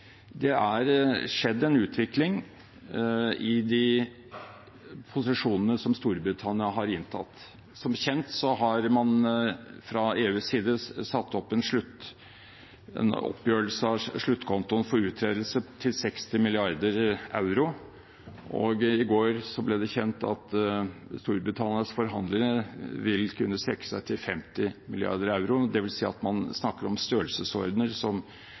Det er skjedd en utvikling i de posisjonene som Storbritannia har inntatt. Som kjent har man fra EUs side satt opp et oppgjør av sluttkontoen for uttredelse til 60 milliarder euro. I går ble det kjent at Storbritannias forhandlere vil kunne strekke seg til 50 milliarder euro. Det vil si at man snakker om størrelsesordener som